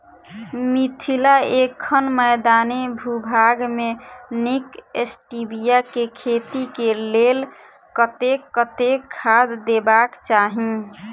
मिथिला एखन मैदानी भूभाग मे नीक स्टीबिया केँ खेती केँ लेल कतेक कतेक खाद देबाक चाहि?